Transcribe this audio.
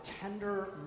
tender